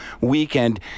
weekend